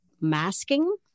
masking